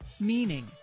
Meaning